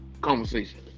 conversation